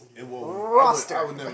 Roster